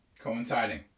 coinciding